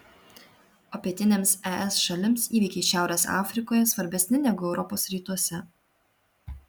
o pietinėms es šalims įvykiai šiaurės afrikoje svarbesni negu europos rytuose